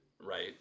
right